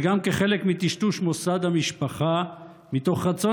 וגם כחלק מטשטוש מוסד המשפחה מתוך רצון